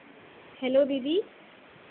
hello दीदी